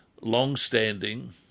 long-standing